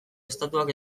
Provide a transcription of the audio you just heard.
estatuak